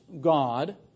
God